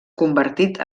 convertit